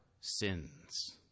sins